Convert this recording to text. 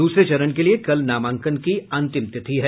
दूसरे चरण के लिए कल नामांकन की अंतिम तिथि है